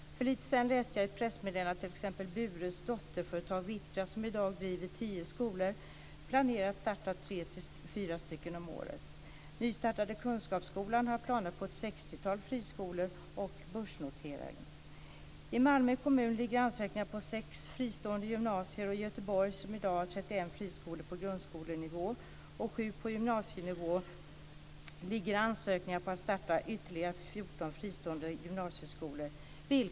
För lite sedan läste jag t.ex. i ett pressmeddelande att Bures dotterföretag Vittra, som i dag driver tio skolor, planerar att starta 3-4 skolor om året. Nystartade Kunskapsskolan har planer på ett sextiotal friskolor och på börsnotering. I Malmö kommun ligger ansökningar om sex fristående gymnasier. I Göteborg, som i dag har 31 friskolor på grundskolenivå och sju på gymnasienivå, ligger ansökningar om att starta ytterligare 14 fristående gymnasieskolor.